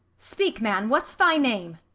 speak, man what's thy name?